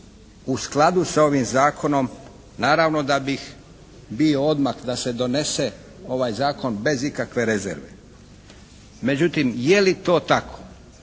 u skladu sa ovim Zakonom naravno da bih bio odmah da se donese ovaj Zakon bez ikakve rezerve. Međutim, je li to tako?